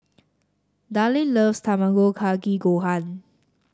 Dallin loves Tamago Kake Gohan